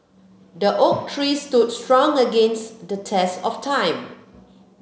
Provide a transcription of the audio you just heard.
the oak tree stood strong against the test of time